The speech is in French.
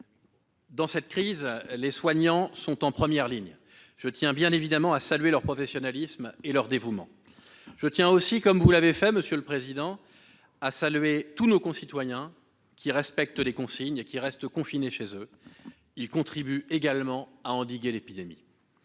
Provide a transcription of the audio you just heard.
Dans cette crise, les soignants sont en première ligne. Je tiens à saluer leur professionnalisme et leur dévouement. Je tiens aussi à saluer, comme vous l'avez fait, monsieur le président, tous nos concitoyens qui respectent les consignes et restent confinés chez eux ; ils contribuent également à endiguer l'épidémie.